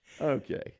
Okay